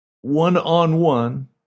one-on-one